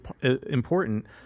important